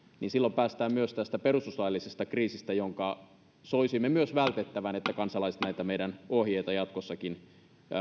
silloin päästään myös tästä perustuslaillisesta kriisistä jonka soisimme myös vältettävän että kansalaiset näitä meidän ohjeitamme jatkossakin